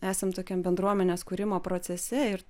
esam tokiam bendruomenės kūrimo procese ir